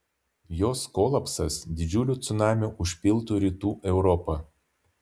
jos kolapsas didžiuliu cunamiu užpiltų rytų europą